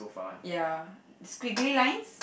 ya squiggly lines